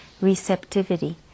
receptivity